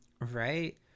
Right